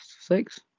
six